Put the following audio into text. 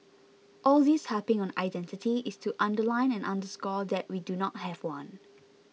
all this harping on identity is to underline and underscore that we do not have one